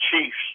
Chiefs